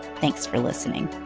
thanks for listening